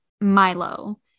milo